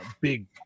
big